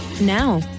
Now